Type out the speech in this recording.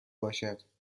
باشد